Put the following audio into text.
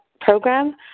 program